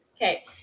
okay